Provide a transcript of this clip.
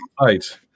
right